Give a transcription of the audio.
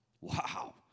Wow